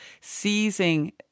seizing